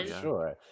sure